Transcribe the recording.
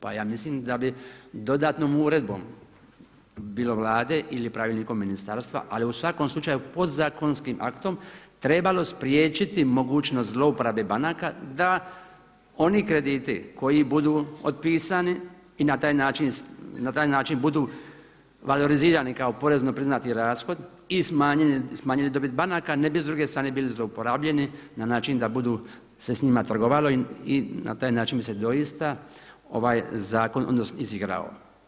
Pa ja mislim da bi dodatnom uredbom bilo Vlade ili Pravilnikom ministarstva, ali u svakom slučaju podzakonskim aktom trebalo spriječiti mogućnost zlouporabe banaka da oni krediti koji budu otpisani i na taj način budu valorizirani kao porezno priznati rashod i smanjili dobit banaka ne bi s druge strane bili zlouporabljeni na način da budu se s njima trgovalo i na taj način bi se doista ovaj zakon izigrao.